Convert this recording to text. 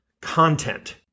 content